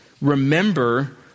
remember